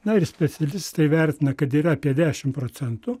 na ir specialistai vertina kad yra apie dešimt procentų